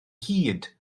hid